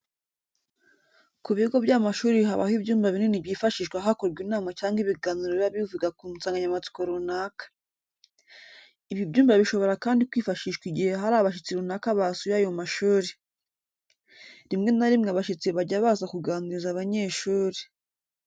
Ku bigo by'amashuri habaho ibyumba binini byifashishwa hakorwa inama cyangwa ibiganiro biba bivuga ku nsanganyamatsiko runaka. Ibi byumba bishobora kandi kwifashishwa igihe hari abashyitsi runaka basuye ayo mashuri. Rimwe na rimwe abashyitsi bajya baza kuganiriza abanyeshuri.